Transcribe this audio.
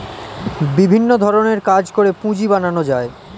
বিভিন্ন ধরণের কাজ করে পুঁজি বানানো যায়